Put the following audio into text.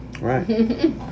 right